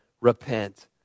repent